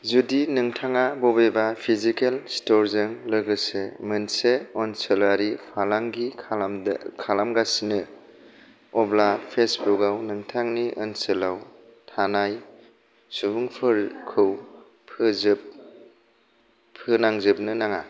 जुदि नोंथाङा बबेबा फिजिकेल स्टोरजों लोगोसे मोनसे ओनसोलारि फालांगि खालामगासिनो अब्ला फेसबुकाव नोंथांनि ओनसोलाव थानाय सुबुंफोरखो फोनांजोबनो नाङा